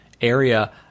area